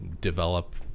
develop